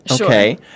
Okay